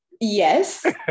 yes